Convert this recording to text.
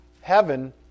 heaven